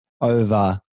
over